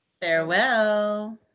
Farewell